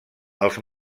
els